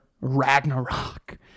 Ragnarok